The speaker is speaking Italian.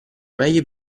meglio